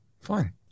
fine